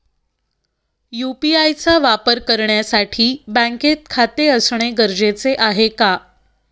UPI चा वापर करण्यासाठी बँकेत खाते असणे गरजेचे आहे का?